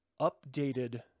updated